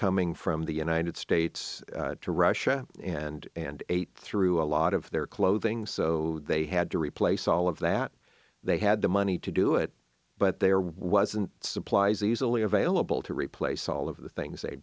coming from the united states to russia and and ate through a lot of their clothing so they had to replace all of that they had the money to do it but there wasn't supplies easily available to replace all of the things they